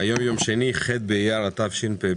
היום יום שני, ח' באייר התשפ"ב